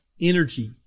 energy